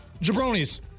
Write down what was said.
Jabronis